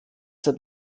seit